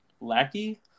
lackey